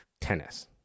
tennis